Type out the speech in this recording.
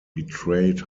betrayed